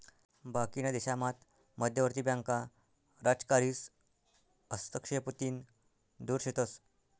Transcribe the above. बाकीना देशामात मध्यवर्ती बँका राजकारीस हस्तक्षेपतीन दुर शेतस